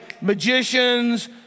magicians